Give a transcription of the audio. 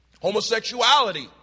Homosexuality